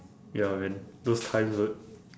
ya man those times good